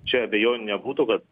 čia abejonių nebūtų kad